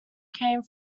came